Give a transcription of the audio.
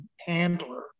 handler